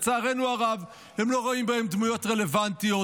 לצערנו הרב, הם לא רואים בהם דמויות רלוונטיות.